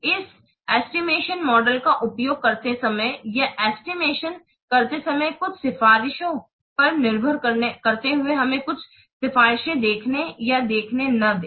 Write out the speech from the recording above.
इस estimation model का उपयोग करते समय या एस्टिमेशन करते समय कुछ सिफारिशों पर निर्भर करते हुए हमें कुछ सिफारिशें देखने या देखने न दें